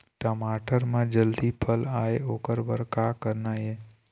टमाटर म जल्दी फल आय ओकर बर का करना ये?